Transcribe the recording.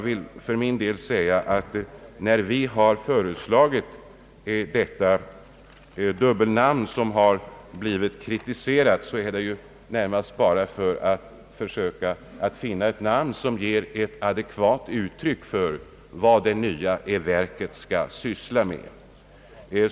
Anledningen till att vi har föreslagit detta dubbelnamn, som har blivit kritiserat, är närmast att vi vill söka få ett namn som ger ett adekvat uttryck för vad det nya verket skall syssla med.